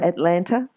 Atlanta